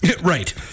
Right